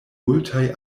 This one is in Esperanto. multaj